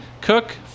Cook